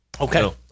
Okay